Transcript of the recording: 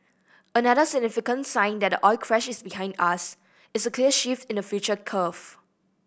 another significant sign that the oil crash is behind us is clear shift in the future curve